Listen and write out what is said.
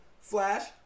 Flash